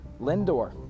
Lindor